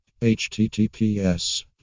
https